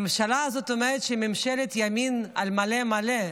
הממשלה הזאת אומרת שהיא ממשלת ימין על מלא מלא.